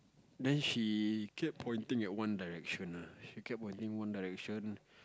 then she kept pointing at One Direction ah she kept pointing One Direction